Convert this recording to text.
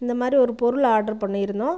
இந்த மாதிரி ஒரு பொருள் ஆர்ட்ரு பண்ணி இருந்தோம்